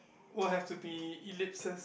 will have to be eclipses